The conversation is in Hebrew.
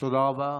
תודה רבה.